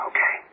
Okay